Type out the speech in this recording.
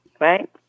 right